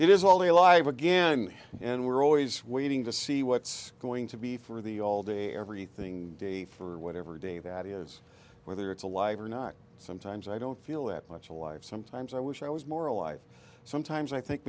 it is all they live again and we're always waiting to see what's going to be for the all day everything day for whatever day that is whether it's alive or not sometimes i don't feel that much alive sometimes i wish i was more alive sometimes i think